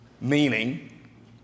Meaning